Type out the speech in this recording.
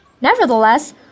Nevertheless